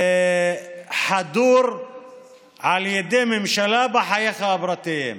נחדר על ידי ממשלה בחייך הפרטיים.